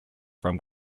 from